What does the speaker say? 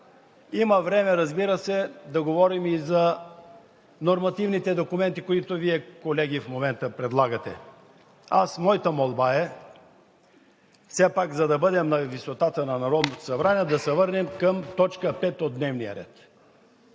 Има време, разбира се, да говорим и за нормативните документи, които Вие, колеги, в момента предлагате. Моята молба е все пак, за да бъдем на висотата на Народното събрание, да се върнем към т. 5 от дневния ред.